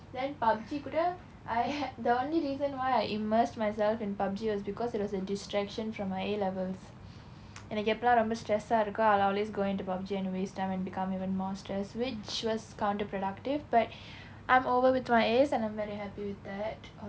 then PUB_G கூட:kuda I the only reason why I immersed myself in PUB_G was because it was a distraction from my A levels எனக்கு எப்ப எல்லாம் ரொம்ப:enakku eppa elaam romba stress ah இருக்கோ:irukko I will always go into PUB_G and waste time and become even more stress which was counter productive but I'm over with my As and I'm very happy with that